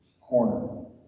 corner